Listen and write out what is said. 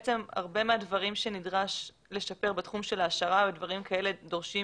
הרבה מהדברים שנדרש לשפר בתחום של ההעשרה ודברים כאלה דורשים